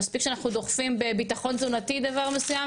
מספיק שאנחנו דוחפים בביטחון תזונתי דבר מסוים,